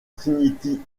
trinity